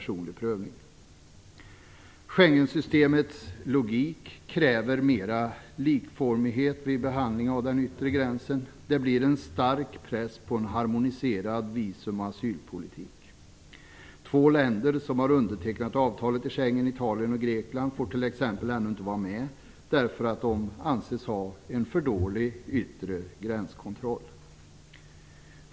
Schengensystemets logik kräver mer likformighet vid behandling av den yttre gränsen. Det blir en stark press mot en harmoniserad visum och asylpolitik. Två länder som har undertecknat avtalet i Schengen - Italien och Grekland - får t.ex. ännu inte vara med, därför att de anses ha en för dålig yttre gränskontroll.